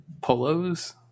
polos